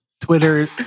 Twitter